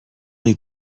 des